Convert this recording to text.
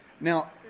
Now